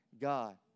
God